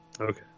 Okay